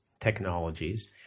technologies